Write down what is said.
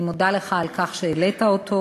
אני מודה לך על כך שהעלית אותו,